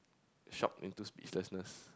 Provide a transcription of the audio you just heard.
shocked into speechlessness